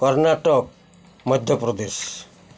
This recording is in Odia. କର୍ଣ୍ଣାଟକ ମଧ୍ୟପ୍ରଦେଶ